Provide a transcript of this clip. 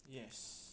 yes